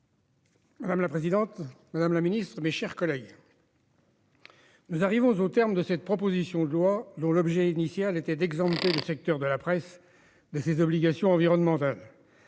Madame la présidente, madame la secrétaire d'État, mes chers collègues, nous arrivons au terme de l'examen de cette proposition de loi, dont l'objet initial était d'exempter le secteur de la presse de ses obligations environnementales.